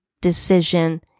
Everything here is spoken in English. decision